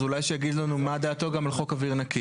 אז אולי שיגיד לנו גם מה דעתו על חוק אוויר נקי.